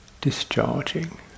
discharging